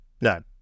No